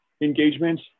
Engagement